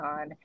on